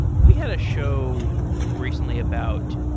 we had a show recently about